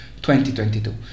2022